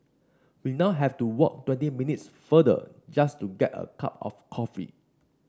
we now have to walk twenty minutes further just to get a cup of coffee